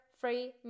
free